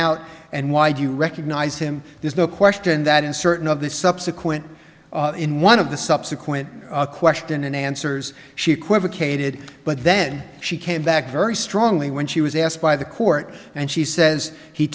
out and why do you recognize him there's no question that in certain of the subsequent in one of the subsequent question and answers she equivocated but then she came back very strongly when she was asked by the court and she says he